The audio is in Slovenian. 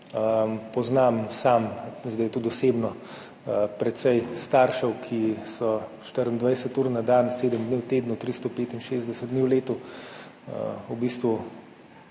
poznam, zdaj tudi osebno, precej staršev, ki so 24 ur na dan, 7 dni v tednu, 365 dni v letu v bistvu